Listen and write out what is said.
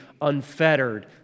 unfettered